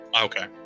Okay